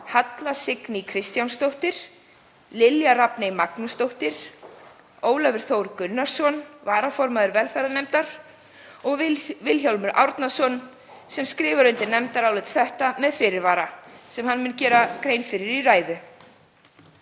Halla Signý Kristjánsdóttir, Lilja Rafney Magnúsdóttir, Ólafur Þór Gunnarsson, varaformaður velferðarnefndar, og Vilhjálmur Árnason, sem skrifar undir nefndarálit þetta með fyrirvara sem hann mun gera grein fyrir í ræðu.